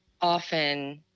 often